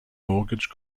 mortgage